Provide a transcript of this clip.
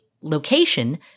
location